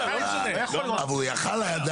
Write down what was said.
אבל הוא יכול היה.